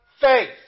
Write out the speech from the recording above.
faith